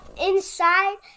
inside